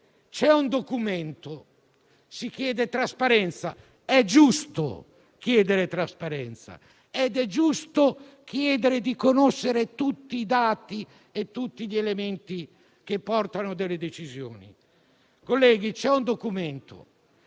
c'è un documento. Si chiede trasparenza, è giusto farlo ed è giusto chiedere di conoscere tutti i dati e tutti gli elementi che portano alle decisioni. Colleghi, c'è un documento,